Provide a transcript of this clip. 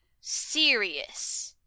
serious